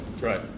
right